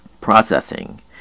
processing